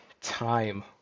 time